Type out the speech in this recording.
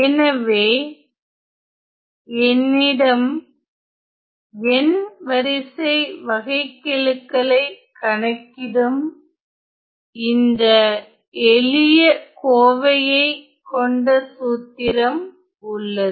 எனவே என்னிடம் n வரிசை வகைக்கெழுக்ககளை கணக்கிடும் இந்த எளிய கோவையை கொண்ட சூத்திரம் உள்ளது